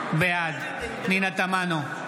בעד פנינה תמנו,